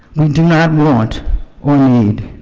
we do not want or need.